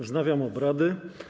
Wznawiam obrady.